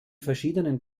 verschiedenen